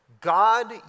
God